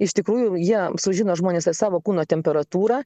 iš tikrųjų jie sužino žmonės savo kūno temperatūrą